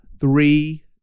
three